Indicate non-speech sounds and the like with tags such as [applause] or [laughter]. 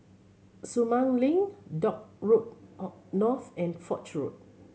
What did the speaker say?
Sumang Link Dock Road [hesitation] North and Foch Road